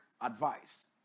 advice